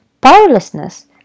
Powerlessness